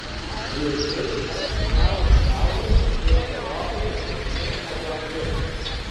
kviečiai apskaičiavus džauliais yra gerokai brangesni negu anglis